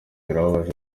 birababaje